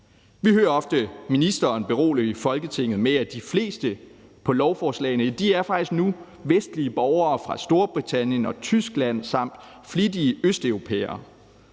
Vi hører ofte ministeren berolige Folketinget med, at de fleste på lovforslagene faktisk nu er vestlige borgere fra Storbritannien og Tyskland samt flittige østeuropæere.